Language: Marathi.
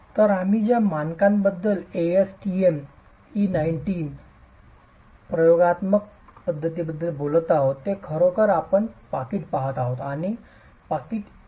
तर आम्ही ज्या मानकांबद्दल एएसटीएम ASTM E519 प्रयोगात्मक पद्धतींबद्दल बोलत आहोत ते खरोखर आपण पाकीट पहात आहोत आणि पाकीट 1